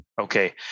Okay